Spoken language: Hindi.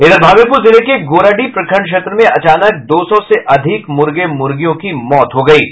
इधर भागलपुर जिले के गोराडीह प्रखंड क्षेत्र में अचानक दो सौ से अधिक मुर्गे मुर्गियों की मौत की खबर है